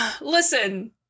Listen